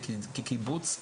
כקיבוץ,